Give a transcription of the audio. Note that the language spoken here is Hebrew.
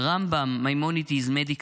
Rambam Maimonides Medical Journal.